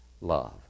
love